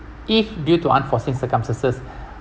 if due to unforeseen circumstances